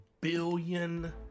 billion